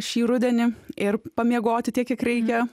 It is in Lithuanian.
šį rudenį ir pamiegoti tiek kiek reikia